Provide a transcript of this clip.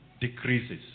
decreases